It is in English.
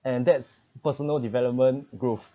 and that's personal development growth